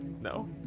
No